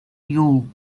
you